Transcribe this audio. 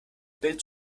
bild